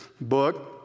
book